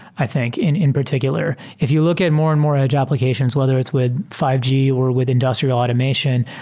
i think in in particular. if you look at more and more edge applications, whether it's with five g, or with industrial automation,